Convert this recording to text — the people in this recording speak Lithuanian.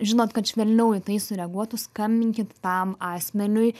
žinot kad švelniau į tai sureaguotų skambinkit tam asmeniui